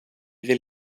vill